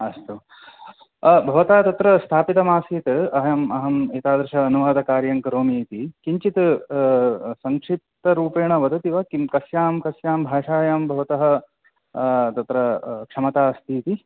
अस्तु भवता तत्र स्थापितमासीत् अहम् अहम् एतादृश अनुवादकार्यं करोमि इति किञ्चित् संक्षिप्तरूपेण वदति वा किं कस्यां कस्यां भाषायां भवतः तत्र क्षमता अस्ति इति